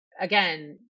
again